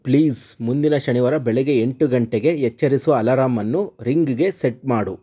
please ಮುಂದಿನ ಶನಿವಾರ ಬೆಳಗ್ಗೆ ಎಂಟು ಗಂಟೆಗೆ ಎಚ್ಚರಿಸುವ ಅಲಾರಾಮ್ ಅನ್ನು ರಿಂಗ್ಗೆ ಸೆಟ್ ಮಾಡು